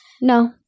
No